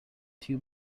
two